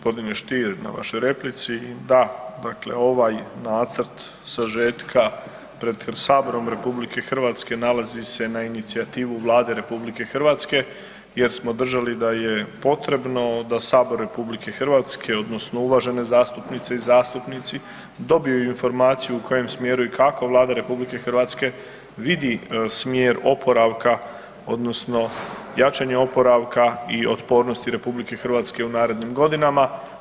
Hvala vam lijepa gospodine Stier na vašoj replici, da, dakle ovaj nacrt sažetka pred saborom RH nalazi se na inicijativu Vlade RH jer smo držali da je potrebno da sabor RH odnosno uvažene zastupnice i zastupnici dobiju informaciju u kojem smjeru i kako Vlada RH vidi smjer oporavka odnosno jačanje oporavka i otpornosti RH u narednim godinama.